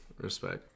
respect